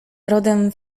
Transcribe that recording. rodem